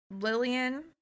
Lillian